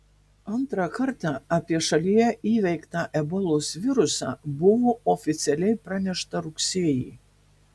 antrą kartą apie šalyje įveiktą ebolos virusą buvo oficialiai pranešta rugsėjį